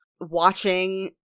watching